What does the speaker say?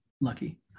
lucky